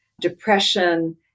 depression